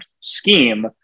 scheme